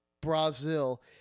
Brazil